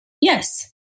Yes